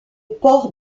port